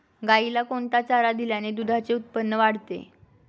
गाईला कोणता चारा दिल्याने दुधाचे उत्पन्न वाढते?